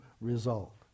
result